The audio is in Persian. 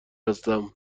هستم